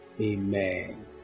Amen